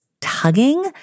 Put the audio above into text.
tugging